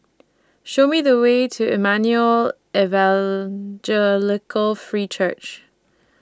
Show Me The Way to Emmanuel Evangelical Free Church